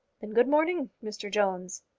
then good morning, mr jones.